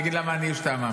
אני אגיד למה אני השתעממתי.